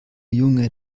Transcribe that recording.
junge